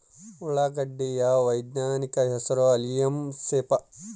ಉಳ್ಳಾಗಡ್ಡಿ ಯ ವೈಜ್ಞಾನಿಕ ಹೆಸರು ಅಲಿಯಂ ಸೆಪಾ